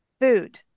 food